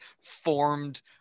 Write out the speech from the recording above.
formed